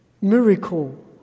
miracle